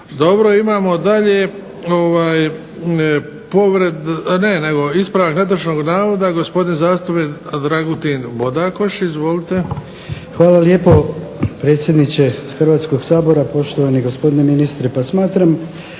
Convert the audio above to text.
Dobro, imamo dalje ispravak netočnog navoda gospodin zastupnik Dragutin Bodakoš. Izvolite. **Bodakoš, Dragutin (SDP)** Hvala lijepo predsjedniče Hrvatskog sabora, poštovani gospodine ministre. Pa smatram